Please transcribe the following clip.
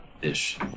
ish